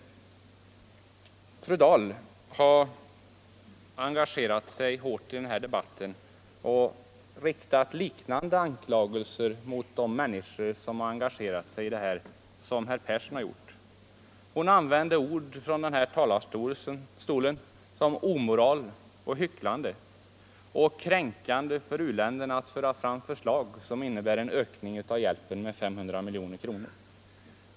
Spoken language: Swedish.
Fru Dahl har engagerat sig hårt i den här debatten och har mot de människor som deltagit i dessa aktioner riktat liknande anklagelser som herr Persson har uttalat. Fru Dahl använde i denna talarstol uttryck som ”omoral”, ”hycklande” och ”kränkande för u-länderna” att föra fram förslag som innebär en ökning av u-hjälpen med 500 miljoner kronor.